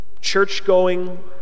church-going